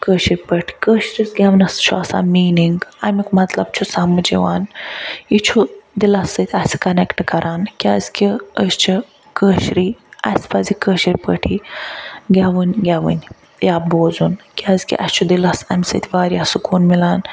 کٲشٕر پٲٹھۍ کٲشرِس گٮ۪ونَس چھُ آسان میٖنِنٛگ اَمیُک مطلب چھِ سمجھ یِوان یہِ چھُ دِلس سۭتۍ اَسہِ کنٮ۪کٹ کَران کیٛازکہِ أسۍ چھِ کٲشری اَسہِ پَزِ کٲشٕر پٲٹھی گٮ۪وُن گٮ۪وٕنۍ یا بوزُن کیٛازکہِ اَسہِ چھُ دِلس اَمہِ سۭتۍ وارِیاہ سُکون مِلان